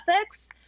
ethics